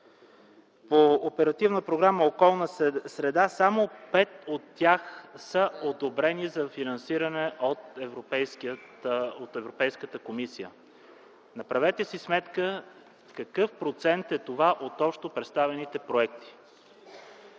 по Оперативна програма „Околна среда”, само 5 от тях са одобрени за финансиране от Европейската комисия. Направете си сметка какъв процент е това от общо представените проекти.